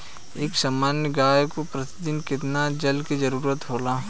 एक सामान्य गाय को प्रतिदिन कितना जल के जरुरत होला?